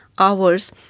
hours